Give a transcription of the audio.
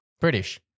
British